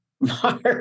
Mark